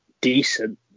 decent